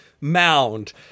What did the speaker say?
mound